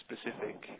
specific